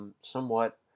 somewhat